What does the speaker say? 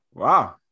Wow